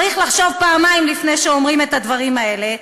צריך לחשוב פעמיים לפני שאומרים את הדברים האלה.